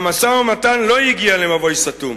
"המשא-ומתן לא הגיע למבוי סתום,